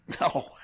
No